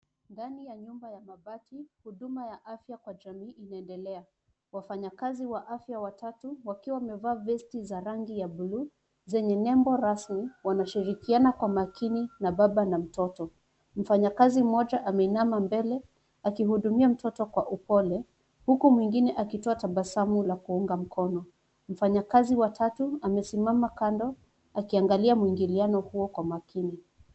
Ndani ya nyumba ya mabati, huduma ya afya kwa jamii inaendelea. Wafanyakazi wa afya watatu wakiwa wamevaa vesti za rangi ya buluu zenye nembo rasmi wanashirikiana kwa makini na baba na mtoto. Mfanyakazi mmoja maeinama mbele akihudumia mtoto kwa upole, huku mwingine akitoa tabasamu la kuunga mkono. Mfanyakazi wa tatu amesimama kando akiangalia muingiliano huo kwa makini.